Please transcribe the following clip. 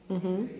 mmhmm